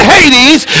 Hades